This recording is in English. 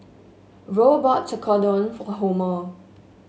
Roe bought Tekkadon for Homer